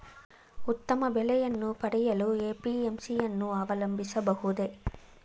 ಉತ್ತಮ ಬೆಲೆಯನ್ನು ಪಡೆಯಲು ಎ.ಪಿ.ಎಂ.ಸಿ ಯನ್ನು ಅವಲಂಬಿಸಬಹುದೇ?